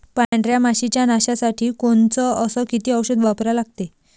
पांढऱ्या माशी च्या नाशा साठी कोनचं अस किती औषध वापरा लागते?